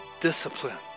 discipline